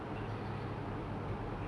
tak seberapa [pe] like